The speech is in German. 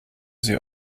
sie